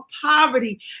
poverty